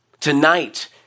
Tonight